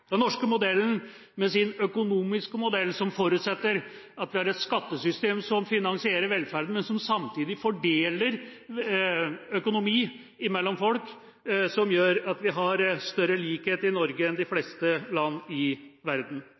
Den norske modellen, med sin økonomiske modell, forutsetter at vi har et skattesystem som finansierer velferden, samtidig som den fordeler økonomi mellom folk. Det gjør at vi har større likhet i Norge enn i de fleste andre land i verden.